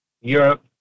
Europe